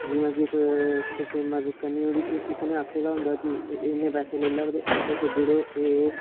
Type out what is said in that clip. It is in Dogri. जियां कि कोई कुसै दी मदद करनी होऐ किसे न आक्खे दा होन्दा कि इन्ने पैसे लेई लेओ ते इत्थें छड्डी उड़ो एह्